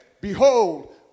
behold